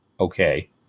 okay